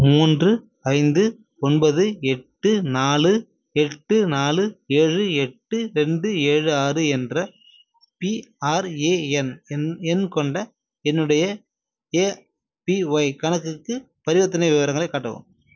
மூன்று ஐந்து ஒன்பது எட்டு நாலு எட்டு நாலு ஏழு எட்டு ரெண்டு ஏழு ஆறு என்ற பிஆர்ஏஎன் எண் கொண்ட என்னுடைய ஏபிஒய் கணக்குக்கு பரிவர்த்தனை விவரங்களைக் காட்டவும்